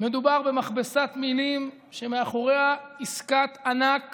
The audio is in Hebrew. מדובר במכבסה מילים שמאחוריה עסקת ענק